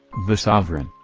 the sovereign,